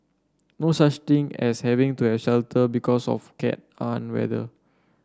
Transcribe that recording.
no such thing as having to a shelter because of cat an weather